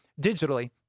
digitally